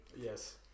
Yes